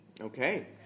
Okay